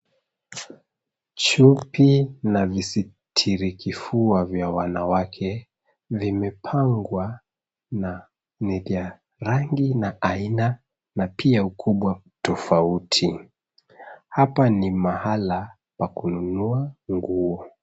Chupi na visitiri kifua vya wanawake, vimepangwa na ni vya rangi na aina, na pia ukubwa tofauti. Hapa ni mahala pa kununua nguo.